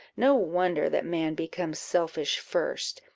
no wonder that man becomes selfish first,